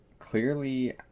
Clearly